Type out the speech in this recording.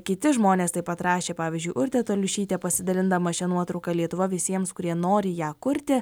kiti žmonės taip pat rašė pavyzdžiui urtė toliušytė pasidalindama šia nuotrauka lietuva visiems kurie nori ją kurti